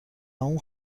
اون